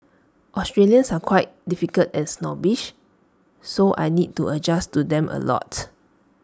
Australians are quite difficult and snobbish so I need to adjust to them A lot